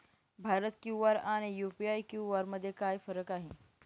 Bharat QR आणि UPI QR मध्ये काय फरक आहे?